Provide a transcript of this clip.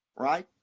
right?